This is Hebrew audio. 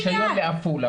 היה להם רישיון לעפולה.